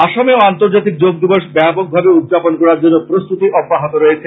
আসামেও আর্ন্তজাতিক যোগ দিবস ব্যাপকভাবে উদযাপন করার জন্য প্রস্তুতি অব্যাহত রয়েছে